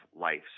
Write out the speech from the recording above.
life